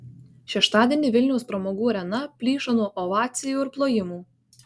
šeštadienį vilniaus pramogų arena plyšo nuo ovacijų ir plojimų